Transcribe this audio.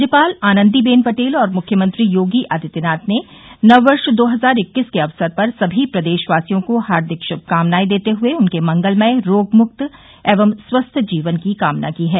राज्यपाल आनन्दीबेन पटेल और मुख्यमंत्री योगी आदित्यनाथ ने नव वर्ष दो हजार इक्कीस के अवसर पर सभी प्रदेशवासियों को हार्दिक श्भकामनाएं देते हए उनके मंगलमय रोगमुक्त एवं स्वस्थ जीवन की कामना की है